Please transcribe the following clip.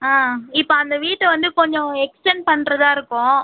ஆ இப்போ அந்த வீட்டை வந்து கொஞ்சம் எக்ஸ்டன்ட் பண்ணுறதாருக்கோம்